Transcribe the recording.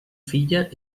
filla